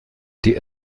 die